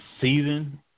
season